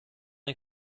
den